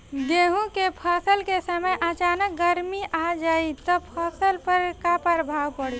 गेहुँ के फसल के समय अचानक गर्मी आ जाई त फसल पर का प्रभाव पड़ी?